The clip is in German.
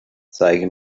zeige